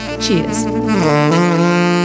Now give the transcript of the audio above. Cheers